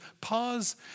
pause